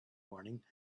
morning